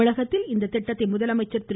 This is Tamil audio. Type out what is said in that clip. தமிழகத்தில் இத்திட்டத்தை முதலமைச்சர் திரு